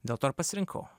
dėl to ir pasirinkau